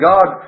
God